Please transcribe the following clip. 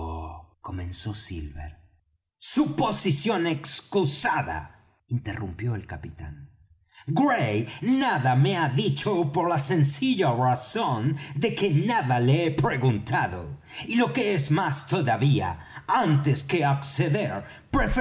comenzó silver suposición excusada interrumpió el capitán gray nada me ha dicho por la sencilla razón de que nada le he preguntado y lo que es más todavía antes que acceder